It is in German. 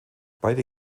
beide